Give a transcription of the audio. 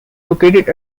located